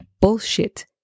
Bullshit